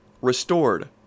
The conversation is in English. restored